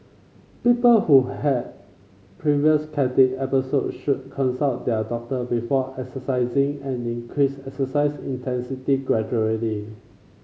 people who had previous cardiac episodes should consult their doctor before exercising and increase exercise intensity gradually